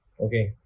Okay